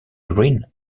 green